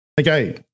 Okay